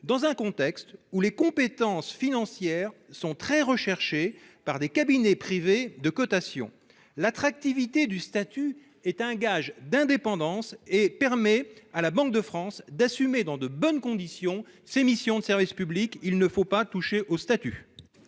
dans un contexte où les compétences financières sont très recherchées par des cabinets privés de cotation. L'attractivité du statut est un gage d'indépendance qui permet à la Banque de France d'assumer ses missions de service public dans de bonnes conditions.